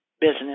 business